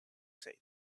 said